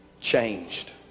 changed